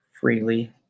freely